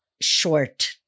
Short